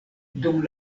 dum